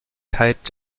tight